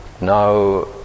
Now